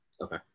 Okay